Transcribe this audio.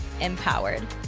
empowered